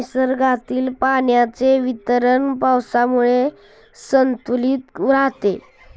निसर्गातील पाण्याचे वितरण पावसामुळे संतुलित राहते